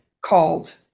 called